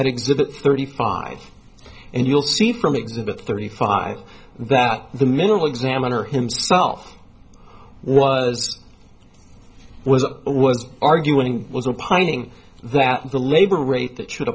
exhibit thirty five and you'll see from exhibit thirty five that the mineral examiner himself was was a was arguing was a piling that the labor rate that should